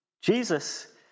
Jesus